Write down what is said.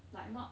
like not